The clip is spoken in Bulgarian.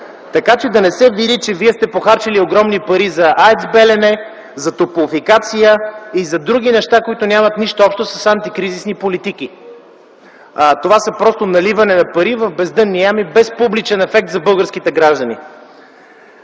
така че да не се види, че сте похарчили огромни пари за АЕЦ „Белене”, за „Топлофикация” и за други неща, които нямат нищо общо с антикризисни политики. Това е просто наливане на пари в бездънни ями, без публичен ефект за българските граждани.